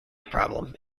problem